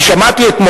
אתמול שמעתי,